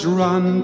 run